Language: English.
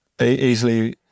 easily